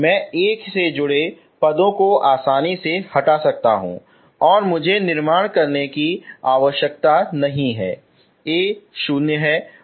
मैं A से जुड़े पदोंको आसानी से हटा सकता हूं और मुझे निर्माण करने की आवश्यकता नहीं है क्योंकि A 0 है